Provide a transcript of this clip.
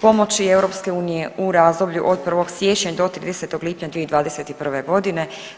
pomoći EU u razdoblju od 1. siječnja do 30. lipnja 2021. godine.